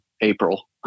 April